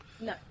No